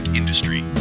industry